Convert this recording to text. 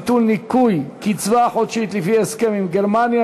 ביטול ניכוי קצבה חודשית לפי הסכם עם גרמניה)